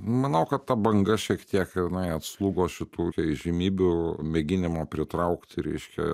manau kad ta banga šiek tiek jinai atslūgo šitų įžymybių mėginimo pritraukti reiškia